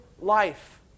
life